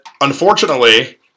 unfortunately